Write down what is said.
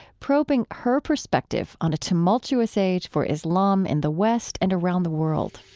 probing her perspective on a tumultuous age for islam and the west and around the world